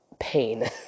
Pain